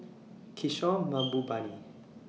Kishore Mahbubani